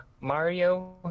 Mario